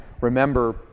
remember